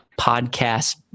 podcast